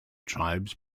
tribes